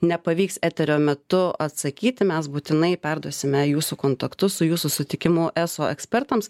nepavyks eterio metu atsakyti mes būtinai perduosime jūsų kontaktus su jūsų sutikimu eso ekspertams